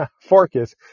focus